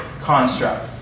construct